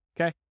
Okay